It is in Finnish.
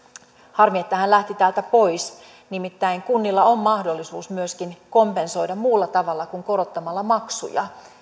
harmi että hän lähti täältä pois nimittäin kunnilla on mahdollisuus myöskin kompensoida muulla tavalla kuin korottamalla maksuja